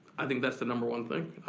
i think that's the number one thing.